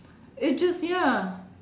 it just ya